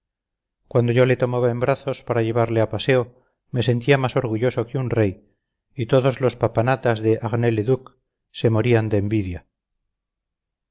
cuando yo le tomaba en brazos para llevarle a paseo me sentía más orgulloso que un rey y todos los papanatas de arnay le duc se morían de envidia